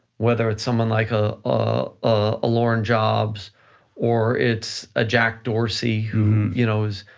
whether it's someone like a a ah a laurene jobs or it's ah jack dorsey who you know is,